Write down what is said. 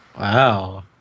Wow